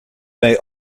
may